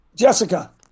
Jessica